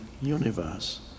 Universe